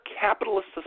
capitalist